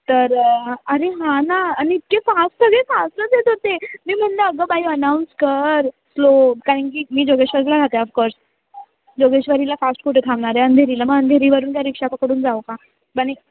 तर अरे हां ना आणि इतके फास्ट सगळे फास्टच येत होते मी म्हटलं अगं बाई अनाऊन्स कर स्लो कारणकी मी जोगेश्वरला राहते ऑफकोर्स जोगेश्वरीला फास्ट कुठे थांबणार आहे अंधेरीला मग अंधेरीवरून काय रिक्षा पकडून जाऊ का बने